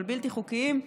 אבל בלתי חוקיים,